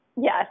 Yes